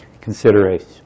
Consideration